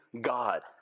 God